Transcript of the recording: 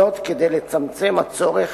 זאת, כדי לצמצם את הצורך